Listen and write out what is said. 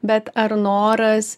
bet ar noras